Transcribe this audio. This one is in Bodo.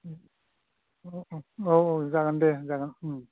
अ अ औ औ जागोन दे जागोन